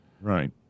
Right